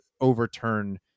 overturn